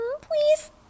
Please